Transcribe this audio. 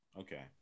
Okay